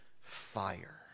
fire